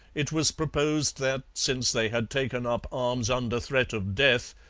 it was proposed that, since they had taken up arms under threat of death,